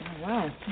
Wow